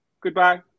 Goodbye